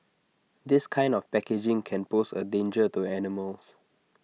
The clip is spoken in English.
this kind of packaging can pose A danger to animals